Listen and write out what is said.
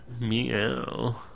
Meow